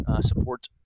support